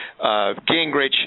Gingrich